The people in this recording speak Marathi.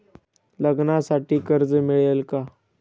लग्नासाठी कर्ज मिळेल का?